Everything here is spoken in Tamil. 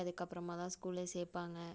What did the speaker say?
அதுக்கப்புறமாக தான் ஸ்கூலே சேர்ப்பாங்க